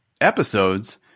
episodes